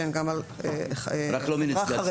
שהן גם על חברה חרדית,